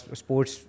sports